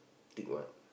thick what